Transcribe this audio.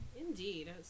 Indeed